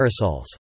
aerosols